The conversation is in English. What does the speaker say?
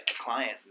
client